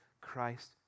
Christ